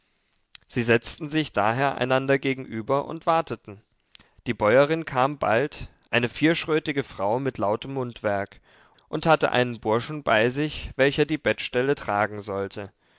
sie setzten sich daher einander gegenüber und warteten die bäuerin kam bald eine vierschrötige frau mit lautem mundwerk und hatte einen burschen bei sich welcher die bettstelle tragen sollte